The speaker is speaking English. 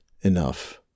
enough